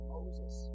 Moses